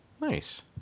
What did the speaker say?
Nice